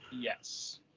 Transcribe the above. Yes